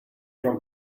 from